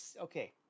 Okay